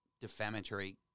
defamatory